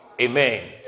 Amen